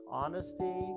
honesty